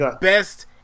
best